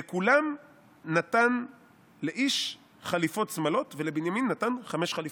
"'לכֻלם נתן לאיש חלִפות שמלֹת ולבנְימִן נתן חמש חלִפֹת".